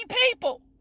people